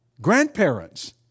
Grandparents